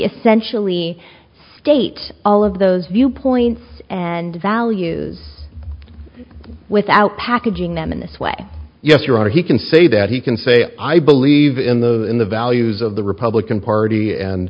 essentially state all of those viewpoints and values without packaging them in this way yes you're he can say that he can say i believe in the in the values of the republican party and